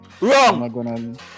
Wrong